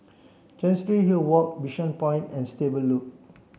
Chancery Hill Walk Bishan Point and Stable Loop